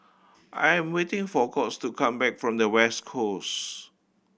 I am waiting for Colts to come back from the West Coast